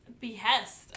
behest